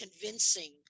convincing